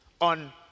on